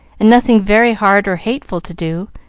and nothing very hard or hateful to do.